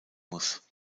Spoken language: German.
muss